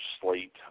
slate